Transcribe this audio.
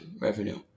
revenue